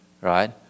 right